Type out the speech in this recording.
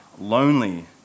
lonely